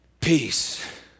peace